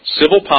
Civil